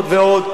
עוד ועוד,